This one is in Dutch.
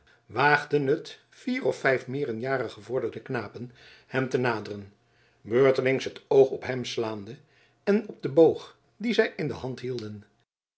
waagden het vier of vijf meer in jaren gevorderde knapen hem te naderen beurtelings het oog op hem slaande en op den boog dien zij in de hand hielden